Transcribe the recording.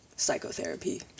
Psychotherapy